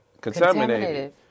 contaminated